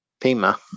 Pima